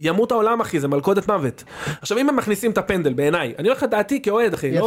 ימות העולם אחי זה מלכודת מוות, עכשיו אם הם מכניסים את הפנדל בעיניי אני אומר לך דעתי כאוהד אחי,